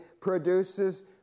produces